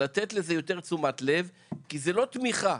לתת לזה יותר תשומת לב כי זה לא תמיכה,